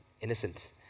innocent